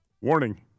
Warning